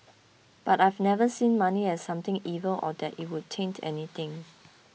but I've never seen money as something evil or that it would taint anything